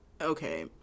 okay